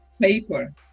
paper